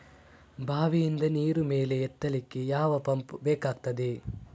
ಬಾವಿಯಿಂದ ನೀರು ಮೇಲೆ ಎತ್ತಲಿಕ್ಕೆ ಯಾವ ಪಂಪ್ ಬೇಕಗ್ತಾದೆ?